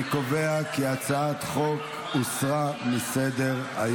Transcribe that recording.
אני קובע כי הצעת החוק הוסרה מסדר-היום.